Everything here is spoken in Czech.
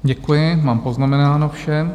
Děkuji, mám poznamenáno vše.